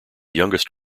youngest